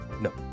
No